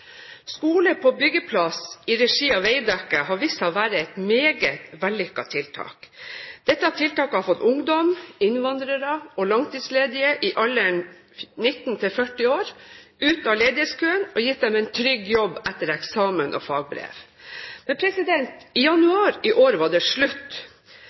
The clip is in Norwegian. Skole på byggeplass i regi av Veidekke har vist seg å være et meget vellykket tiltak. Dette tiltaket har fått ungdom, innvandrere og langtidsledige i alderen 19–40 år ut av ledighetskøen og gitt dem en trygg jobb etter eksamen og fagbrev. Men i januar i år var det slutt.